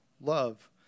love